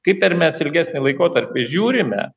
kaip ir mes ilgesnį laikotarpį žiūrime